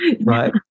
Right